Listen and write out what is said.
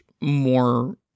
more